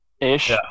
ish